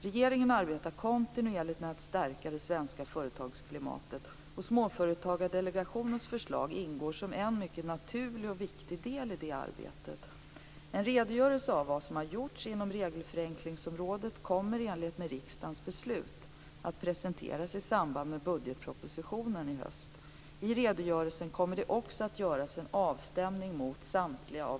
Regeringen arbetar kontinuerligt med att stärka det svenska företagsklimatet, och Småföretagsdelegationens förslag ingår som en mycket naturlig och viktig del i det arbetet. En redogörelse av vad som har gjorts inom regelförenklingsområdet kommer, i enlighet med riksdagens beslut, att presenteras i samband med budgetpropositionen i höst. I redogörelsen kommer det också att göras en avstämning mot samtliga av